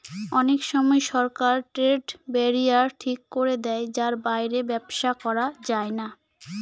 অনেক সময় সরকার ট্রেড ব্যারিয়ার ঠিক করে দেয় যার বাইরে ব্যবসা করা যায় না